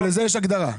לזה יש הגדרה.